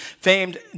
famed